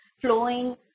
flowing